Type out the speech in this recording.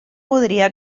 podria